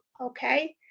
Okay